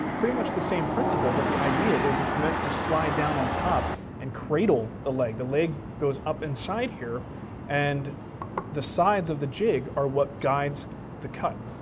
pretty much the same principle, but the idea is it's meant to slide down on top and cradle the leg. the leg goes up inside here and the sides of the jig are what guides the cut,